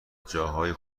جاهای